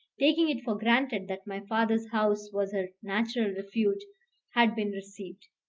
taking it for granted that my father's house was her natural refuge had been received.